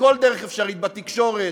בכל דרך אפשרית: בתקשורת,